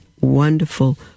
wonderful